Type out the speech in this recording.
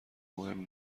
مهم